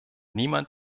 niemand